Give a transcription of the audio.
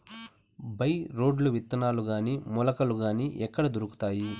By రోడ్లు విత్తనాలు గాని మొలకలు గాని ఎక్కడ దొరుకుతాయి?